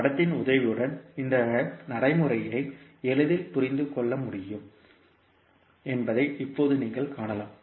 உருவத்தின் உதவியுடன் இந்த நடைமுறையை எளிதில் புரிந்து கொள்ள முடியும் என்பதை இப்போது நீங்கள் காணலாம்